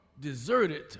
deserted